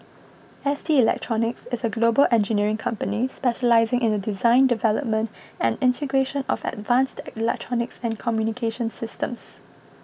S T Electronics is a global engineering company specialising in the design development and integration of advanced electronics and communications systems